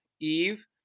Eve